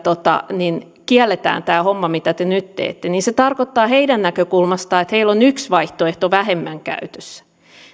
kielletään tämä homma mitä te nyt teette niin se tarkoittaa heidän näkökulmastaan että heillä on yksi vaihtoehto vähemmän käytössä